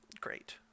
Great